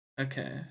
Okay